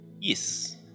Yes